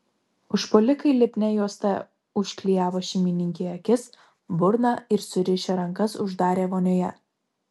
užpuolikai lipnia juosta užklijavo šeimininkei akis burną ir surišę rankas uždarė vonioje